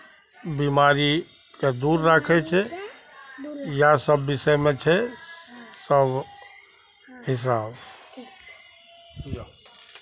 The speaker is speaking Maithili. बिमारीकेँ दूर राखै छै इएह सभ विषयमे छै सभ हिसाब जाउ